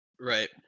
Right